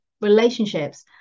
relationships